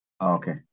Okay